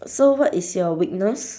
so what is your weakness